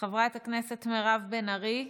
חברת הכנסת מירב בן ארי,